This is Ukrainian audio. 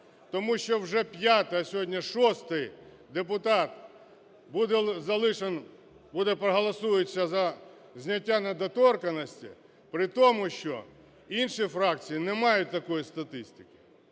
Тому що вже п'ятий, а сьогодні шостий депутат буде залишен… буде проголосується за зняття недоторканності, при тому що інші фракції не мають такої статистики.